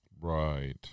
right